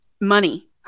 money